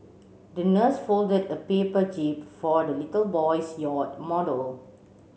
the nurse folded a paper jib for the little boy's yacht model